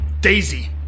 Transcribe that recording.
Daisy